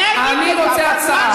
אני אגיד לך, אני רוצה להציע הצעה.